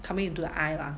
coming into the eye lah